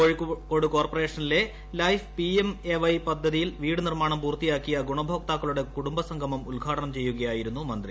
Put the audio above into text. കോഴിക്കോട് കോർപ്പറേഷനിലെ life P M A Y പദ്ധതിയിൽ വീട് നിർമ്മാണം പൂർത്തിയാക്കിയ ഗുണഭോക്താക്കളുടെ കുടുംബസംഗമം ഉദ്ഘാടനം ചെയ്യുകയായിരുന്നു മന്ത്രി